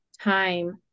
time